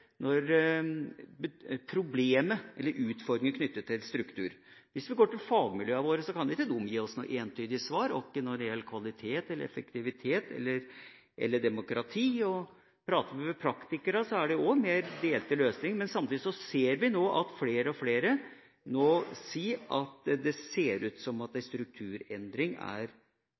når det gjelder kvalitet, effektivitet eller demokrati. Og hvis en prater med praktikerne, er det også delte syn på dette. Samtidig ser vi nå at flere og flere sier at det ser ut som om en strukturendring er